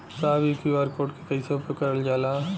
साहब इ QR code के कइसे उपयोग करल जाला?